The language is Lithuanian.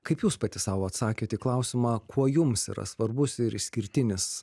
kaip jūs pati sau atsakėt į klausimą kuo jums yra svarbus ir išskirtinis